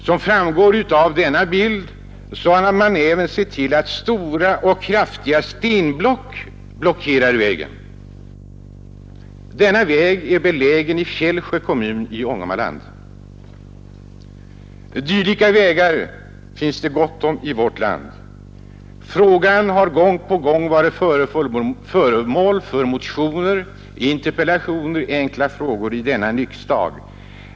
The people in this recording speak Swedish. Som framgår av bilden har man även sett till att stora och kraftiga stenblock blockerar vägen. Denna väg är belägen i Fjällsjö kommun i Ångermanland. Dylika vägar finns det gott om i vårt land. Frågan har gång på gång varit föremål för motioner, interpellationer och enkla frågor i riksdagen.